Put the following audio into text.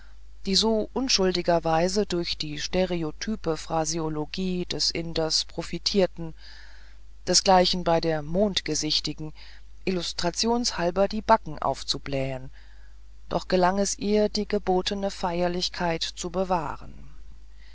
die so unschuldigerweise durch die stereotype phraseologie des inders profitierten desgleichen bei der mondgesichtigen illustrationshalber die backen aufzublähen doch gelang es ihr die gebotene feierlichkeit zu bewahren